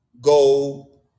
go